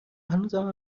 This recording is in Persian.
هنوزم